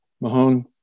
Mahone